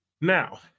Now